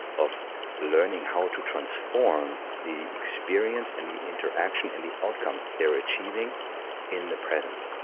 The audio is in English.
of learning how to transform the experience and the interaction and the outcomes that they're achieving in the present